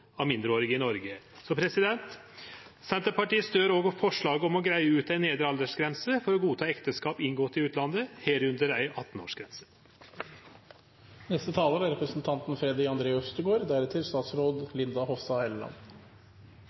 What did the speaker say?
av mindreårige i Noreg. Senterpartiet stør òg forslaget om å greie ut ei nedre aldersgrense for å godta ekteskap inngått i utlandet, herunder ei